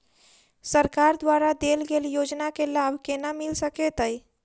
सरकार द्वारा देल गेल योजना केँ लाभ केना मिल सकेंत अई?